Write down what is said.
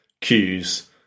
cues